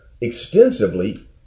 extensively